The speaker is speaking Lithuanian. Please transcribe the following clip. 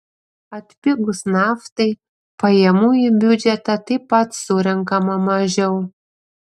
atpigus naftai pajamų į biudžetą taip pat surenkama mažiau